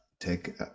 take